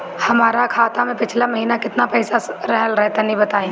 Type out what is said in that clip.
हमार खाता मे पिछला महीना केतना पईसा रहल ह तनि बताईं?